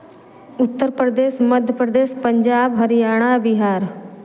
Uttar Pradesh Madhya Pradesh Punjab Haryana Bihar